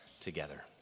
together